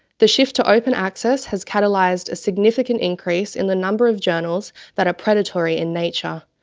the shift to open access has catalysed a significant increase in the number of journals that are predatory in nature,